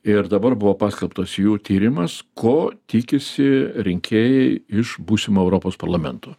ir dabar buvo paskelbtas jų tyrimas ko tikisi rinkėjai iš būsimo europos parlamento